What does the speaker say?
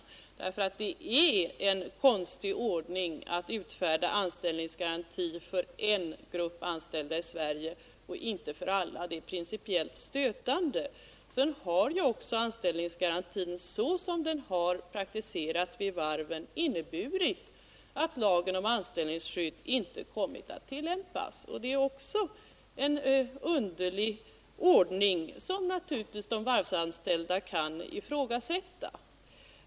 Det är en konstig ordning och det är principiellt stötande att utfärda anställningsgarantier för bara en grupp anställda i Sverige och inte för alla. Sedan har ju också anställningsgarantin, som den har praktiserats vid varven, inneburit att lagen om anställningsskydd inte kommit att tillämpas. Det är också en underlig ordning, som de varvsanställda naturligtvis kan ifrågasätta.